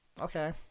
Okay